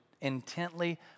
intently